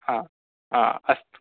हा हा अस्तु